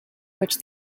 which